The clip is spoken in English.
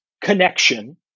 connection